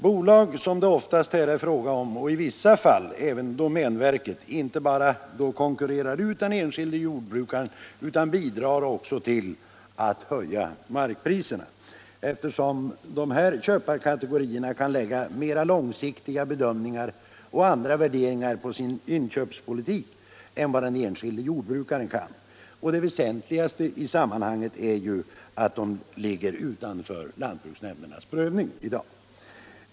Bolag, som det oftast är fråga om — i vissa fall även domänverket — inte bara konkurrerar ut den enskilde jordbrukaren utan bidrar också till att höja markpriserna, eftersom dessa köparkategorier kan lägga mera långsiktiga bedömningar och andra värderingar på sin inköpspolitik än vad den enskilde jordbrukaren kan. Det väsentligaste i sammanhanget är att de ligger utanför lantbruksnämndernas prövning i dag.